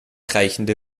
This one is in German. reichende